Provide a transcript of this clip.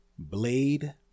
Blade